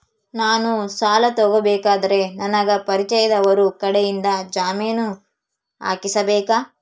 ನಾನು ಸಾಲ ತಗೋಬೇಕಾದರೆ ನನಗ ಪರಿಚಯದವರ ಕಡೆಯಿಂದ ಜಾಮೇನು ಹಾಕಿಸಬೇಕಾ?